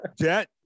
Jet